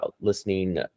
listening